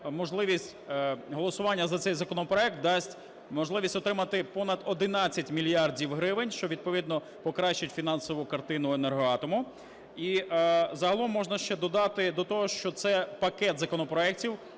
можливість голосування за цей законопроект дасть можливість отримати понад 11 мільярдів гривень, що відповідно покращить фінансову картину "Енергоатому". І загалом можна ще додати до того, що це пакет законопроектів